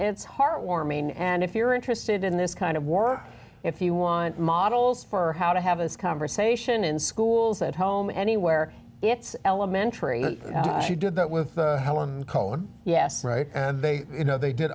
it's heart warming and if you're interested in this kind of war if you we want models for how to have this conversation in schools at home anywhere it's elementary she did that with our caller yes right and they you know they did